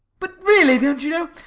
but really, don't you